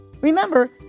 Remember